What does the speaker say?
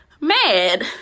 mad